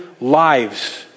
lives